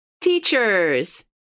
Teachers